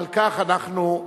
ועל כך אנחנו,